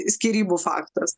skyrybų faktas